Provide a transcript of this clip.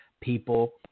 people